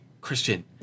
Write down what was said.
Christian